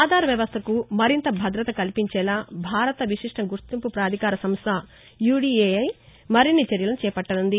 ఆధార్ వ్యవస్టకు మరింత భద్రత కల్పించేలా భారత విశిష్ట గుర్తింపు ప్రాధికార సంస్ట యుఐడిఎఐ మరిన్ని చర్యత్ని చేపట్లనుంది